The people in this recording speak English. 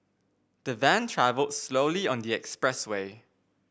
the van travelled slowly on the expressway